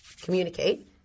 Communicate